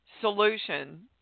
solution